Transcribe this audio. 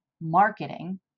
marketing